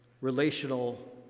relational